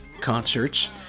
concerts